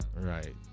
Right